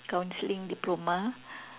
counselling diploma